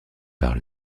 par